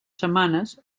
setmanes